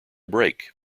break